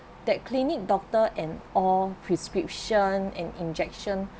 that clinic doctor and all prescription and injection